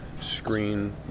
screen